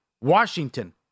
Washington